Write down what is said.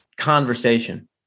conversation